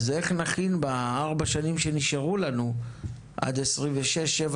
איך נכין בארבע השנים שנשארו לנו עד 2026, 2027,